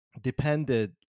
depended